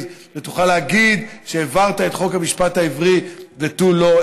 ותוכל להגיד שהעברת את חוק המשפט העברי ותו לא.